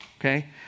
okay